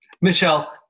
Michelle